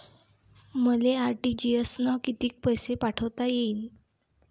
मले आर.टी.जी.एस न कितीक पैसे पाठवता येईन?